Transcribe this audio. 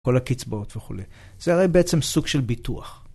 כל הקצבאות וכולי, זה הרי בעצם סוג של ביטוח.